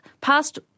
passed